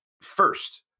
first